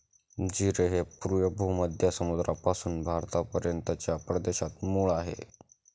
जीरे हे पूर्व भूमध्य समुद्रापासून भारतापर्यंतच्या प्रदेशात मूळ आहे